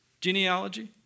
genealogy